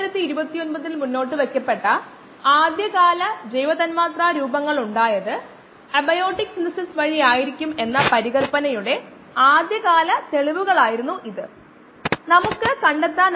അതിനാൽ മൊത്തം നിരക്ക് സെക്കൻഡിൽ 15 കിലോഗ്രാം ആയിരിക്കും rnet rin - rout 20 - 5 15 Kg s 1 net rate അറിഞ്ഞുകഴിഞ്ഞാൽ വോളിയം നെറ്റ് റേറ്റ് കൊണ്ട് ഹരിച്ചാൽ നമുക്ക് അതിൽ നിന്നും സമയം കണ്ടെത്താൻ കഴിയും